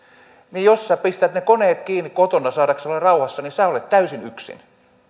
niin jos pistät ne koneet kiinni kotona saadaksesi olla rauhassa niin olet täysin yksin olet